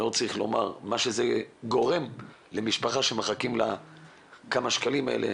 לא צריך לומר למה שזה גורם למשפחה שמחכה לכמה שקלים האלה,